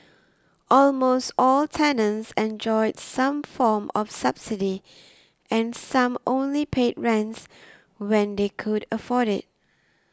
almost all tenants enjoyed some form of subsidy and some only paid rents when they could afford it